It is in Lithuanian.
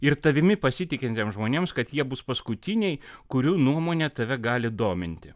ir tavimi pasitikintiems žmonėms kad jie bus paskutiniai kurių nuomonė tave gali dominti